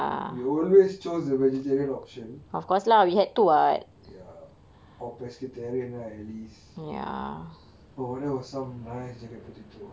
we always chose a vegetarian option ya or pescatarian lah at least oh that was some nice jacket potato